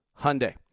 Hyundai